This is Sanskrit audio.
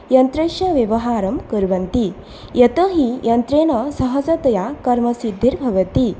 यन्त्रस्य व्यवहारं कुर्वन्ति यतो हि यन्त्रेण सहजतया कर्मसिद्धिर्भवति